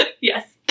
Yes